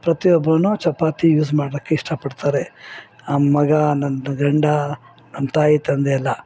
ಪ್ರತಿಯೊಬ್ರು ಚಪಾತಿ ಯೂಸ್ ಮಾಡೋಕಿಷ್ಟಪಡ್ತಾರೆ ನಮ್ಮ ಮಗ ನನ್ನ ಗಂಡ ನಮ್ಮ ತಾಯಿ ತಂದೆ ಎಲ್ಲ